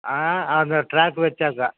ஆ அந்த ட்ரேக் வச்சாக்கா